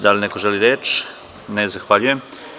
Da li neko želi reč? (Ne) Zahvaljujem.